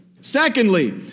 Secondly